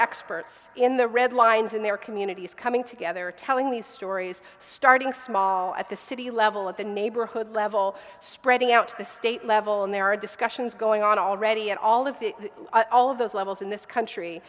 experts in the red lines in their communities coming together telling these stories starting small at the city level at the neighborhood level spreading out to the state level and there are discussions going on already at all of the all of those levels in this country